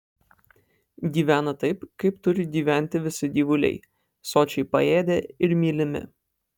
gyvena taip kaip turi gyventi visi gyvuliai sočiai paėdę ir mylimi